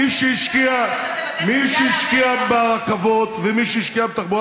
מי שהשקיע ברכבות ומי שהשקיע בתחבורה